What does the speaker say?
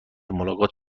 ملاقات